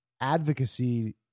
advocacy